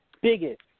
biggest